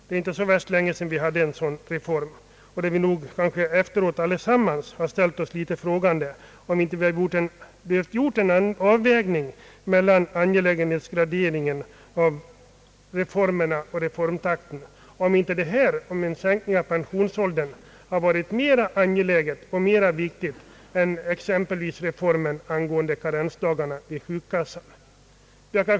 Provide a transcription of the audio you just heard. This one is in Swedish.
Det är inte så längesedan vi hade en sådan reform, och vi har kanske efteråt allesammans ställt oss litet frågande, om vi inte hade behövt göra en annan avvägning av angelägenhetsgraderingen mellan reformerna och reformtak ten. Vi kan fråga oss om inte en sänkning av pensionsåldern skulle varit mera angelägen och mera viktig än exempelvis reformen angående karensdagarna i sjukförsäkringen.